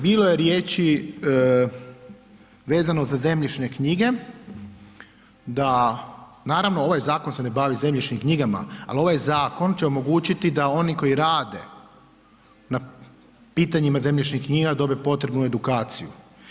Bilo je riječi vezano za zemljišne knjige da, naravno ovaj zakon se ne bavi zemljišnim knjigama, al ovaj zakon će omogućiti da oni koji rade na pitanjima zemljišnih knjiga, dobe potrebnu edukaciju.